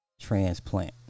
transplant